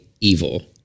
evil